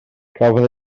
cafodd